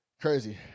crazy